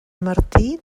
martí